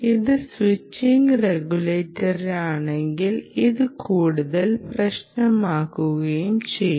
ഇത് സ്വിച്ചിംഗ് റെഗുലേറ്ററാണെങ്കിൽ ഇത് കൂടുതൽ പ്രശ്നമാകുകയും ചെയ്യും